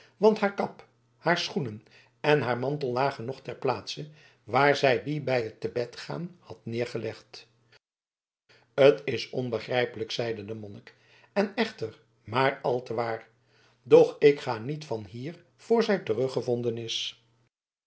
want haar kap haar schoenen en haar mantel lagen nog ter plaatse waar zij die bij het te bed gaan had neergelegd t is onbegrijpelijk zeide de monnik en echter maar al te waar doch ik ga niet van hier voor zij teruggevonden is